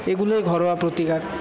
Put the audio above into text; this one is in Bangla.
এগুলোই ঘরোয়া প্রতিকার